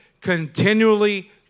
continually